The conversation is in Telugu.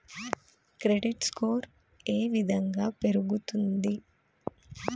క్రెడిట్ స్కోర్ ఏ విధంగా పెరుగుతుంది?